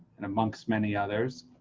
and amongst many others,